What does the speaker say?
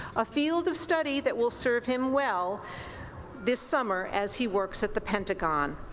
a field of study that will serve him well this summer as he works at the pentagon.